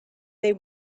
they